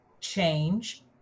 change